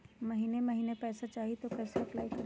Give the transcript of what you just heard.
महीने महीने पैसा चाही, तो कैसे अप्लाई करिए?